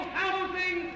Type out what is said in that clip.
housing